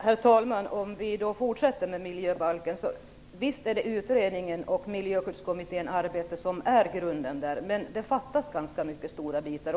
Herr talman! Om vi fortsätter att tala om miljöbalken vill jag säga att det visst är utredningen och Miljöskyddskommitténs arbete som utgör grunden. Men det fattas ganska stora bitar.